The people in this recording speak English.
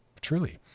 truly